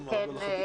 למר עבדאללה ח'טיב.